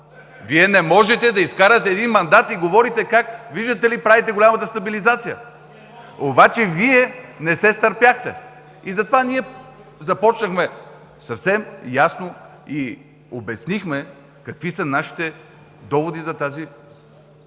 Вие не можете да изкарате един мандат и говорите как, виждате ли, правите голямата стабилизация! Обаче Вие не се стърпяхте и затова ние започнахме съвсем ясно и обяснихме какви са нашите доводи за тази